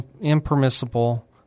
impermissible